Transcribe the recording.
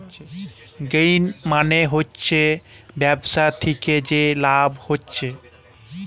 gain মানে হচ্ছে ব্যবসা থিকে যে লাভ হচ্ছে